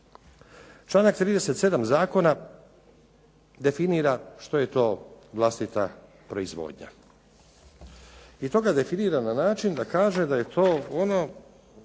Članak 37. zakona definira što je to vlastita proizvodnja. I to ga definira na način da kaže da je to ono,